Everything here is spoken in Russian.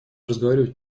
разговаривать